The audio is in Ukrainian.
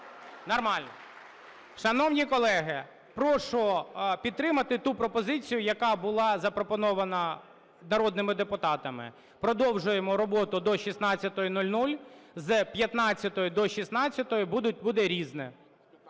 Нормально. Шановні колеги, прошу підтримати ту пропозицію, яка була запропонована народними депутатами: продовжуємо роботу до 16:00, з 15-ї до 16-ї буде "Різне",